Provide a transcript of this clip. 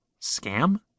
Scam